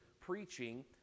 preaching